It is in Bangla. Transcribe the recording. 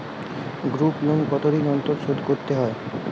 গ্রুপলোন কতদিন অন্তর শোধকরতে হয়?